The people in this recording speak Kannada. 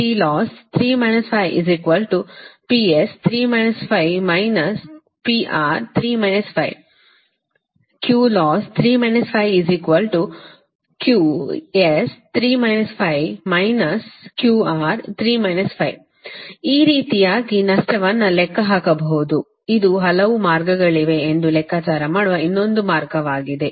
ಈ ರೀತಿಯಾಗಿ ನಷ್ಟವನ್ನು ಲೆಕ್ಕ ಹಾಕಬಹುದು ಇದು ಹಲವು ಮಾರ್ಗಗಳಿವೆ ಎಂದು ಲೆಕ್ಕಾಚಾರ ಮಾಡುವ ಇನ್ನೊಂದು ಮಾರ್ಗವಾಗಿದೆ